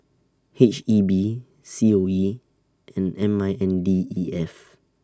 H E B C O E and M I N D E F